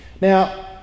Now